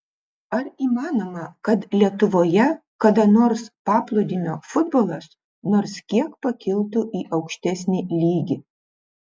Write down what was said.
ar įmanoma kad lietuvoje kada nors paplūdimio futbolas nors kiek pakiltų į aukštesnį lygį